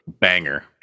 banger